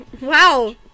Wow